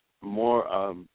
more